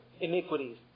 iniquities